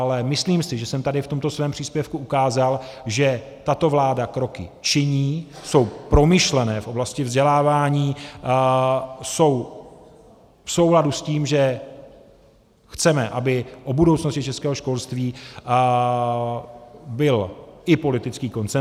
Ale myslím si, že jsem tady v tom svém příspěvku ukázal, že tato vláda kroky činí, jsou promyšlené v oblasti vzdělávání, jsou v souladu s tím, že chceme, aby o budoucnosti českého školství byl i politický konsenzus.